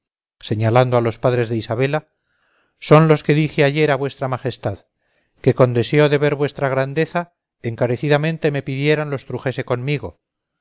señalando a los padres de isabela son los que dije ayer a v m que con deseo de ver vuestra grandeza encarecidamente me pidieran los trujese conmigo